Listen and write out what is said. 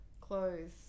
clothes